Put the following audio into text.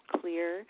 clear